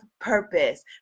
purpose